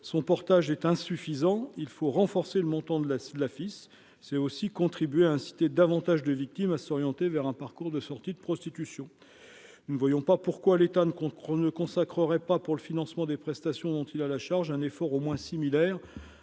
son portage est insuffisant, il faut renforcer le montant de la de la FIS c'est aussi contribuer à inciter davantage de victimes à s'orienter vers un parcours de sortie de prostitution, nous ne voyons pas pourquoi l'État ne compte qu'on ne consacrerait pas pour le financement des prestations dont il a la charge, un effort au moins similaire